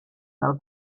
del